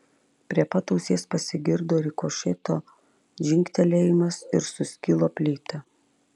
prie pat ausies pasigirdo rikošeto dzingtelėjimas ir suskilo plyta